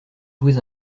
jouez